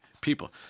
people